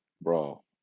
Bro